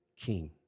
King